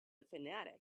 fanatic